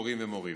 הורים ומורים.